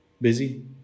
Busy